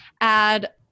add